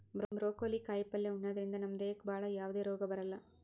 broccoli ಕಾಯಿಪಲ್ಯ ಉಣದ್ರಿಂದ ನಮ್ ದೇಹಕ್ಕ್ ಭಾಳ್ ಯಾವದೇ ರೋಗ್ ಬರಲ್ಲಾ